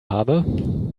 habe